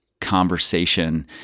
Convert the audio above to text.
conversation